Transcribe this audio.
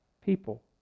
people